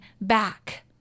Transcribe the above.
back